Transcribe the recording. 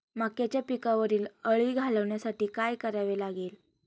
मक्याच्या पिकावरील अळी घालवण्यासाठी काय करावे लागेल?